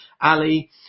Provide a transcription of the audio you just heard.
Ali